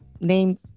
Name